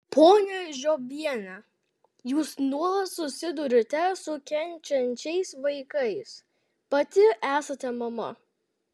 ponia žiobiene jūs nuolat susiduriate su kenčiančiais vaikais pati esate mama